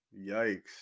Yikes